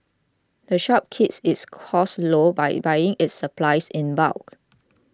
the shop keeps its costs low by buying its supplies in bulk